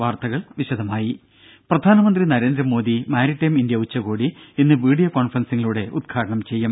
വാർത്തകൾ വിശദമായി പ്രധാനമന്ത്രി നരേന്ദ്രമോദി മാരിടൈം ഇന്ത്യ ഉച്ചകോടി ഇന്ന് വീഡിയോ കോൺഫറൻസിങ്ങിലൂടെ ഉദ്ഘാടനം ചെയ്യും